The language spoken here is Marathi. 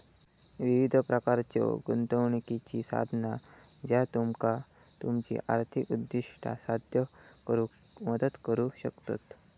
विविध प्रकारच्यो गुंतवणुकीची साधना ज्या तुमका तुमची आर्थिक उद्दिष्टा साध्य करुक मदत करू शकतत